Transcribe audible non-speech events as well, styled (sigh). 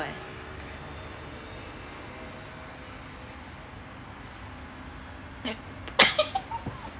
(laughs)